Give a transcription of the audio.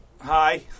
hi